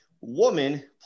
woman